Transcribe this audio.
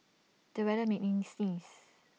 the weather made me sneeze